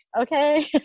okay